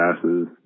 passes